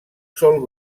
sol